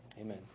Amen